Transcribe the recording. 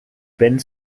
ben